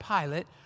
Pilate